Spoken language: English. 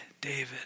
David